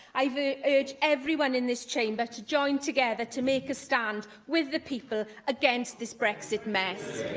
i urge everyone in this chamber to join together to make a stand with the people against this brexit mess.